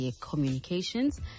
communications